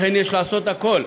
לכן, יש לעשות הכול,